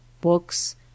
BOOKS